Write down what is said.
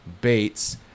Bates